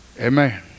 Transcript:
Amen